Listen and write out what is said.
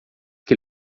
que